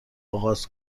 آغاز